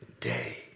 day